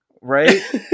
right